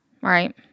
right